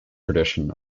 tradition